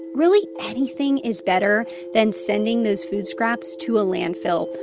really anything is better than sending those food scraps to a landfill,